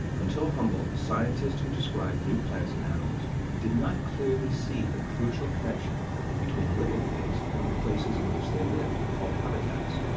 until humboldt, scientists who described new plants and animals did not clearly see the crucial connection between living things and the places in which they lived, called habitats.